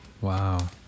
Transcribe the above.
Wow